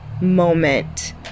moment